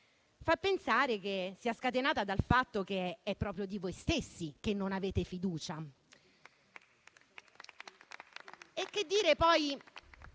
fa pensare che sia scatenata dal fatto che è proprio di voi stessi che non avete fiducia.